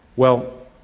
well,